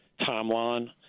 timeline